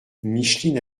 micheline